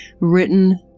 written